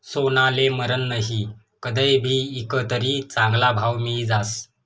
सोनाले मरन नही, कदय भी ईकं तरी चांगला भाव मियी जास